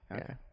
Okay